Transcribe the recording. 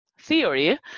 theory